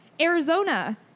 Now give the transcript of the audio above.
Arizona